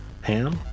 Ham